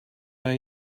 but